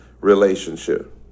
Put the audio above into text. relationship